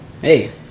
hey